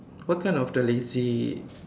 what kind of the lazy